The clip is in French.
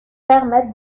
permettent